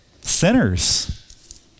sinners